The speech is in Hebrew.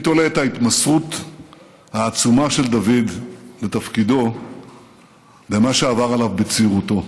אני תולה את ההתמסרות העצומה של דוד לתפקידו במה שעבר עליו בצעירותו.